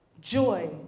Joy